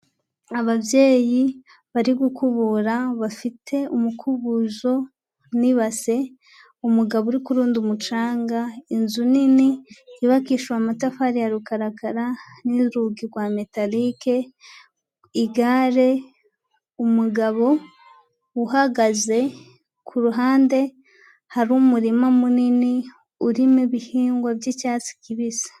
Ababyeyi bari gukubura bafite umukubuzo n'ibase, umugabo uri kurunda umucanga, inzu nini yubakishijwe amatafari ya rukarakara n'urugi rwa metalike, igare, umugabo uhagaze ku ruhande, hari umurima munini urimo ibihingwa by'icyatsi kibisi.